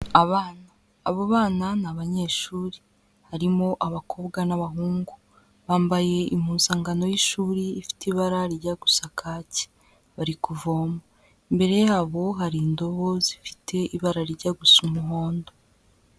Abana, abo bana ni abanyeshuri harimo abakobwa n'abahungu, bambaye impuzangano y'ishuri ifite ibara rijya gusa kake, bari kuvoma, imbere yabo hari indobo zifite ibara rijya gusa umuhondo.